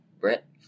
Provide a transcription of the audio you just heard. Brett